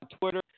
Twitter